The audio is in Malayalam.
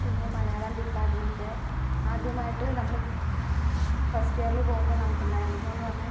പിന്ന മലയാളം ഡിപ്പാർട്ട്മെന്റ് ആദ്യമായിട്ട് നമ്മള് ഫസ്റ്റിയറില് പോകുമ്പം നമ്മുക്കുണ്ടായ അനുഭവമെന്ന് പറഞ്ഞാൽ